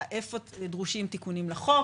איפה דרושים תיקונים לחוק,